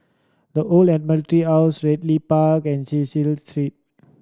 The Old Admiralty House Ridley Park and Cecil Street